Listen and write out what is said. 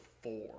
four